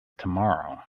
tomorrow